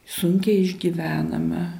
sunkiai išgyvename